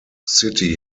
city